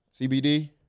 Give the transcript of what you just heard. CBD